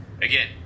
again